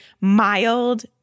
mild